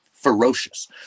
Ferocious